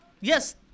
yes